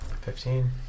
Fifteen